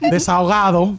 Desahogado